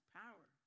power